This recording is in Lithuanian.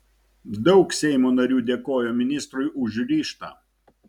daug seimo narių dėkojo ministrui už ryžtą